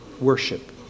worship